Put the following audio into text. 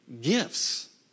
gifts